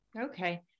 Okay